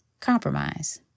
Compromise